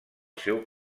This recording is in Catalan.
seu